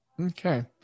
Okay